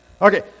Okay